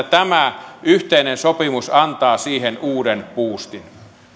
tämä yhteinen sopimus antaa siihen uuden buustin